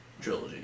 trilogy